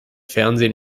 fernsehen